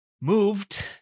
moved